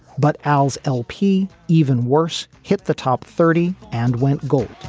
but al's lp even worse, hit the top thirty and went gold.